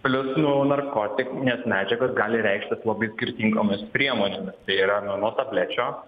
plius nu narkotinės medžiagos gali reikštis labai skirtingomis priemonėmis tai yra nuo tablečių